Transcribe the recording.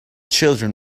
children